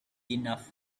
enough